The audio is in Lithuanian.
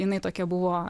jinai tokia buvo